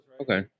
okay